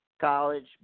college